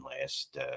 last